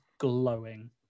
Glowing